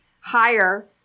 higher